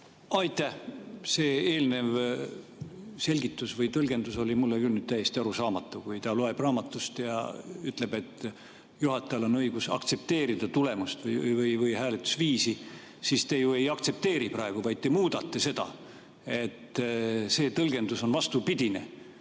Aitäh! See eelnev selgitus või tõlgendus oli mulle küll täiesti arusaamatu, kui ta luges raamatust ja ütles, et juhatajal on õigus aktsepteerida tulemust või hääletusviisi. Te ju ei aktsepteeri praegu, vaid te muudate seda. See tõlgendus on vastupidine.